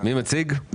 מציג את המצגת?